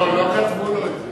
לא כתבו לו את זה.